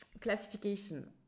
classification